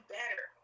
better